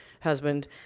husband